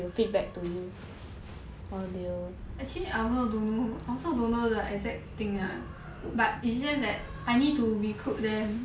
actually I also don't know I also don't know the exact thing lah but is that I need to recruit them